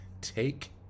take